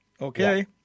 Okay